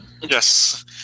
Yes